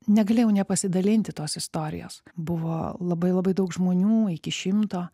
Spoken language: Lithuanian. negalėjau nepasidalinti tos istorijos buvo labai labai daug žmonių iki šimto